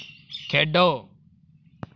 खेढो